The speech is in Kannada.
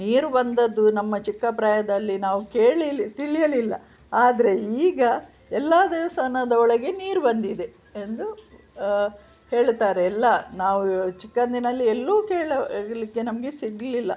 ನೀರು ಬಂದದ್ದು ನಮ್ಮ ಚಿಕ್ಕ ಪ್ರಾಯದಲ್ಲಿ ನಾವು ಕೇಳಿಲಿ ತಿಳಿಯಲಿಲ್ಲ ಆದರೆ ಈಗ ಎಲ್ಲಾ ದೇವಸ್ಥಾನದ ಒಳಗೆ ನೀರು ಬಂದಿದೆ ಎಂದು ಹೇಳುತ್ತಾರೆ ಎಲ್ಲಾ ನಾವು ಚಿಕ್ಕಂದಿನಲ್ಲಿ ಎಲ್ಲೂ ಕೇಳು ಳಿಕೆ ನಮಗೆ ಸಿಗಲಿಲ್ಲ